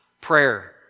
Prayer